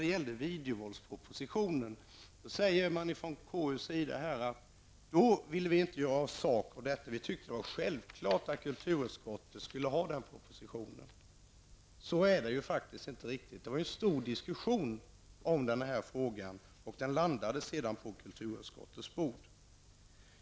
Beträffande videovåldspropositionen säger man från konstitutionsutskottets sida att man inte ville göra sak av det hela utan ansåg det vara självklart att kulturutskottet skulle ha propositionen. Så förhöll det sig faktiskt inte. Det blev en stor diskussion i frågan. Sedan hamnade den på kulturutskottets bord.